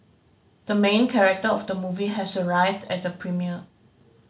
the main character of the movie has arrived at the premiere